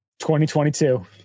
2022